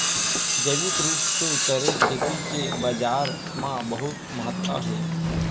जैविक रूप से करे खेती के बाजार मा बहुत महत्ता हे